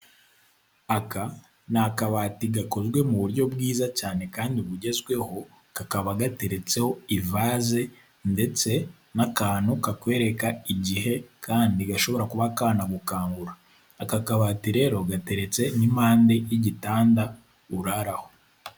Aka ni akabati gakozwe mu buryo bwiza cyane kandi bugezweho, kakaba gateretseho ivaze ndetse n'akantu kakwereka igihe kandi gashobora kuba kanagukangura, aka kabati rero gateretse n'impande y'igitanda uraraho.